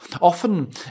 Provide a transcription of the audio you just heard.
Often